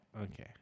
Okay